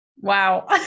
Wow